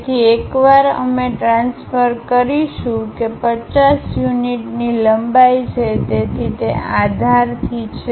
તેથી એકવાર અમે ટ્રાન્સફરકરીશું કે 50 યુનિટ ની લંબાઈ છે તેથી તે આધારથી છે